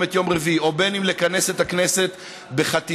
את יום רביעי או לכנס את הכנסת בחתימות.